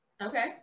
Okay